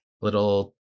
little